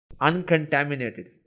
uncontaminated